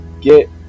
get